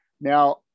now